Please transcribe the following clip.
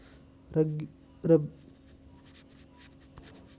रब्बी हंगामात घेतले जाणारे पीक यांत्रिक पद्धतीने कसे करावे?